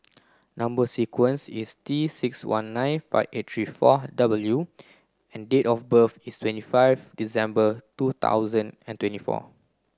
number sequence is T six one nine five eight three four W and date of birth is twenty five December two thousand and twenty four